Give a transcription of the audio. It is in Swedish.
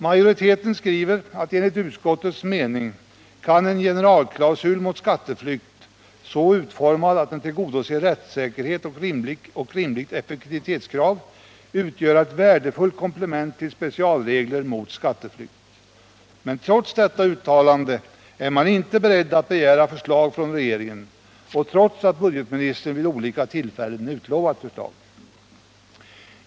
Majoriteten skriver att enligt utskottets mening ”kan en generalklausul mot skatteflykt, så utformad att den tillgodoser rättssäkerhet och rimliga effektivitetskrav, utgöra ett värdefullt komplement till specialregler mot skatteflykt”. Trots detta uttalande — och trots att budgetministern vid olika tillfällen lovat förslag — är man inte beredd att begära förslag från regeringen.